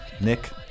Nick